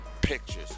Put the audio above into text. pictures